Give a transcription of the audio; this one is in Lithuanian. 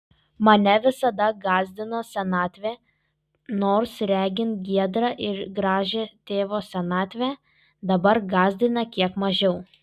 mane visada gąsdino senatvė nors regint giedrą ir gražią tėvo senatvę dabar gąsdina kiek mažiau